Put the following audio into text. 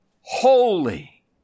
Holy